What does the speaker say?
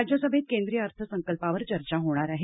राज्यसभेत केंद्रीय अर्थसंकल्पावर चर्चा होणार आहे